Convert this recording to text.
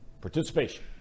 Participation